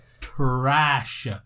trash